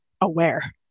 aware